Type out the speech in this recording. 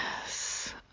Yes